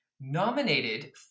nominated